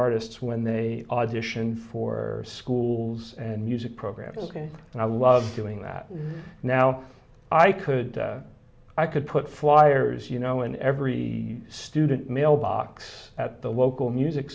artists when they audition for schools and music programs and i love doing that now i could i could put flyers you know in every student mail box at the local music